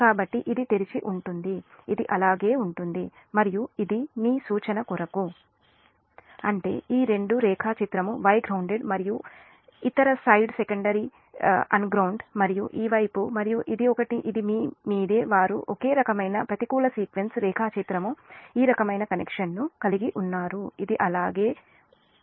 కాబట్టి ఇది తెరిచి ఉంటుంది ఇది అలాగే ఉంటుంది మరియు ఇది మీ సూచన కొరకు అంటే ఈ రెండు ఈ రెండు రేఖాచిత్రం Y గ్రౌన్దేడ్ మరియు ఇతర సైడ్ సెకండరీ సైడ్ అన్గ్రౌండ్డ్ మరియు ఈ వైపు మరియు ఇది ఒకటి ఇది మీ మీదే వారు ఒకే రకమైన ప్రతికూల సీక్వెన్స్ రేఖాచిత్రం ఈ రకమైన కనెక్షన్ను కలిగి ఉన్నారు ఇది అలాగే ఇది ఒకటి